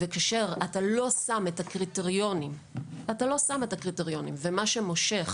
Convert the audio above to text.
כאשר אתה לא שם את הקריטריונים ומה שמושך